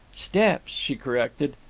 steps, she corrected,